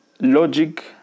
logic